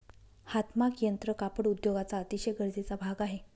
हातमाग यंत्र कापड उद्योगाचा अतिशय गरजेचा भाग आहे